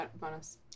bonus